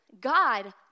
God